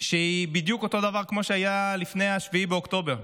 שהיא בדיוק אותו דבר כמו שהייתה לפני 7 באוקטובר.